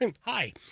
hi